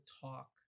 talk